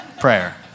prayer